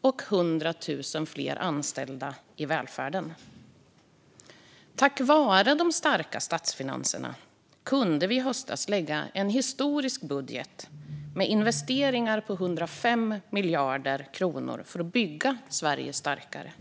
och med 100 000 fler anställda i välfärden. Tack vare de starka statsfinanserna kunde vi i höstas lägga fram en historisk budget med investeringar på 105 miljarder kronor för att bygga Sverige starkare.